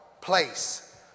place